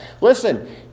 Listen